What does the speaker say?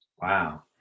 wow